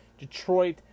Detroit